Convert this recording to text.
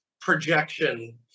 projection